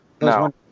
no